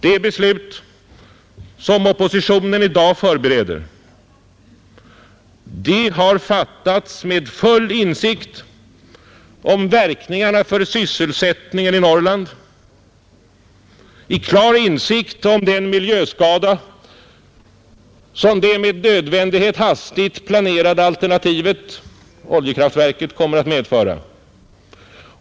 Det beslut som oppositionen i dag förbereder har fattats med full insikt om verkningarna för sysselsättningen i Norrland och med klar insikt om den miljöskada som det med nödvändighet hastigt planerade alternativet — oljekraftverket — kommer att medföra.